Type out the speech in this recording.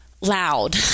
loud